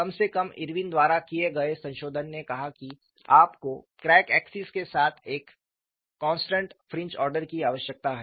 कम से कम इरविन द्वारा किए गए संशोधन ने कहा कि आपको क्रैक एक्सिस के साथ एक कंस्टन्ट फ्रिंज ऑर्डर की आवश्यकता है